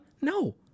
no